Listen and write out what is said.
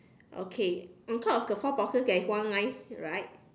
okay on top of the four boxes there is one line right